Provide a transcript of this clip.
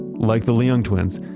like the liang twins,